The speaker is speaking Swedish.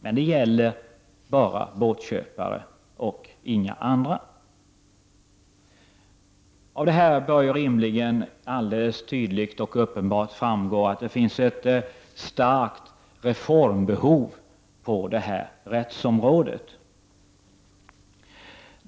Men det gäller bara för båtköpare, inte för några andra. Av det här bör uppenbart framgå att det finns ett starkt reformbehov på det här rättsområdet.